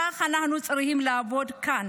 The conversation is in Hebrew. כך אנחנו צריכים לעבוד כאן,